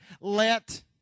Let